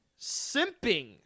Simping –